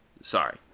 Sorry